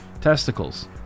testicles